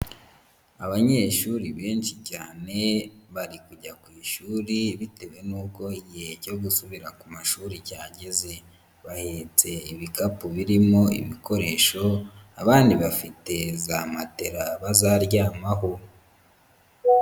Abanyeshuri benshi cyane bari kujya ku ishuri bitewe n'uko igihe cyo gusubira ku mashuri cyageze, bahetse ibikapu birimo ibikoresho abandi bafite za matela bazaryamaho.